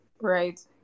Right